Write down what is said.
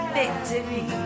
victory